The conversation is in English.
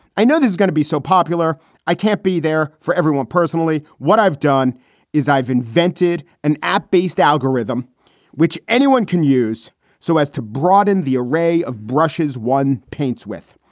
i know there is going to be so popular i can't be there for everyone personally. what i've done is i've invented an app based algorithm which anyone can use so as to broaden the array of brushes one paints with.